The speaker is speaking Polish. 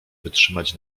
wytrzymać